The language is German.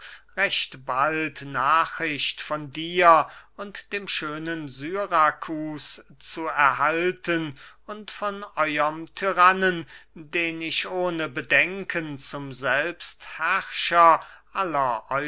recht bald nachricht von dir und dem schönen syrakus zu erhalten und von euerm tyrannen den ich ohne bedenken zum selbstherrscher aller